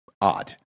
odd